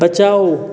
बचाओ